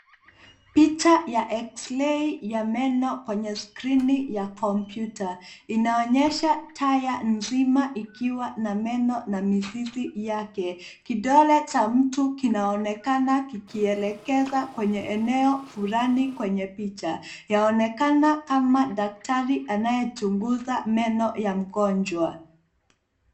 Picha ya eksirei ya meno kwenye skrini ya kompyuta. Inaonyesha taya nzima ikiwa na meno na mizizi yake. Kidole cha mtu kinaonekana kikielekeza kwenye eneo fulani kwenye picha. Yaonekana kama daktari anayechunguza meno ya mgonjwa.